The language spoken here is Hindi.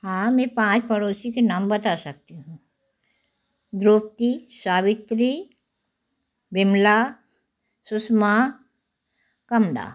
हाँ मैं पाँच पड़ोसी के नाम बता सकती हूँ द्रौपदी सावित्री विमला सुषमा कमला